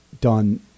done